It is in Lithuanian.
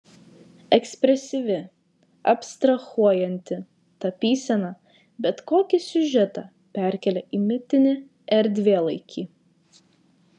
ekspresyvi abstrahuojanti tapysena bet kokį siužetą perkelia į mitinį erdvėlaikį